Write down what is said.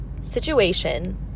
situation